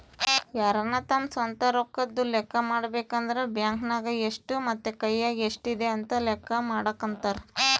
ಯಾರನ ತಮ್ಮ ಸ್ವಂತ ರೊಕ್ಕದ್ದು ಲೆಕ್ಕ ಮಾಡಬೇಕಂದ್ರ ಬ್ಯಾಂಕ್ ನಗ ಎಷ್ಟು ಮತ್ತೆ ಕೈಯಗ ಎಷ್ಟಿದೆ ಅಂತ ಲೆಕ್ಕ ಮಾಡಕಂತರಾ